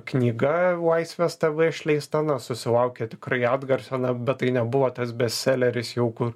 knyga laisvės tv išleista na susilaukė tikrai atgarsio na bet tai nebuvo tas bestseleris jau kur